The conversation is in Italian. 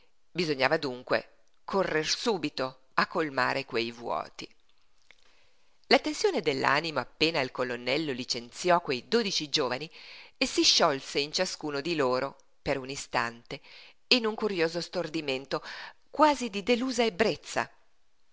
bisognava dunque correr subito a colmare quei vuoti la tensione dell'animo appena il colonnello licenziò quei dodici giovani si sciolse in ciascuno di loro per un istante in un curioso stordimento quasi di delusa ebbrezza